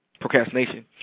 procrastination